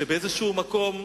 שבאיזה מקום,